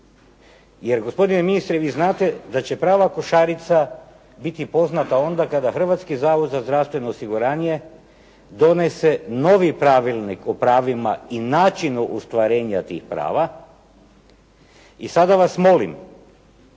Jer gospodine ministre vi znate da će prava košarica biti poznata onda kada Hrvatski zavod za zdravstveno osiguranje donese novi pravilnik o pravima i načinu ostvarenja tih prava i sada vas molim